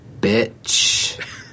Bitch